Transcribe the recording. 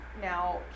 now